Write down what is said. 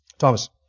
Thomas